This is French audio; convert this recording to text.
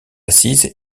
assise